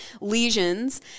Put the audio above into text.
Lesions